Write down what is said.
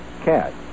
cat